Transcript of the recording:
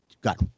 got